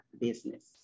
business